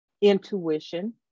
intuition